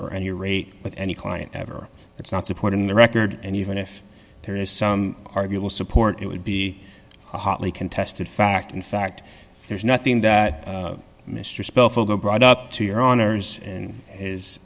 or any rate with any client ever that's not supported in the record and even if there is some arguable support it would be a hotly contested fact in fact there's nothing that mr spell fogo brought up to your honor's in his